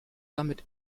damit